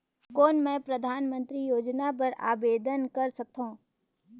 कौन मैं परधानमंतरी योजना बर आवेदन कर सकथव?